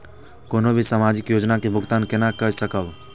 कोनो भी सामाजिक योजना के भुगतान केना कई सकब?